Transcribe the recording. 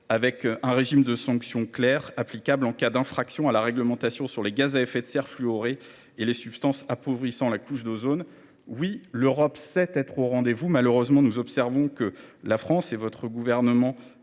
le régime des sanctions applicables en cas d’infraction à la réglementation sur les gaz à effet de serre fluorés et les substances appauvrissant la couche d’ozone. Oui, l’Europe sait être au rendez vous ! Malheureusement, nous observons que la France et votre gouvernement,